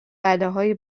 بلاهای